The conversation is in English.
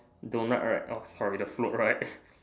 donut right oh sorry the float right